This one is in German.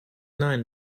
nein